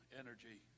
energy